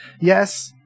Yes